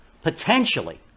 Potentially